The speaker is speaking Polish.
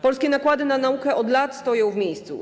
Polskie nakłady na naukę od lat stoją w miejscu.